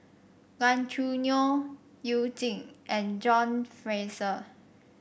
Gan Choo Neo You Jin and John Fraser